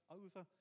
over